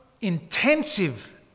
intensive